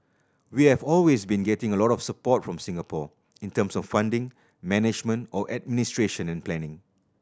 we have always been getting a lot of support from Singapore in terms of funding management or administration and planning